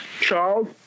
Charles